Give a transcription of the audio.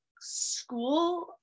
school